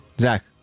Zach